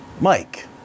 Mike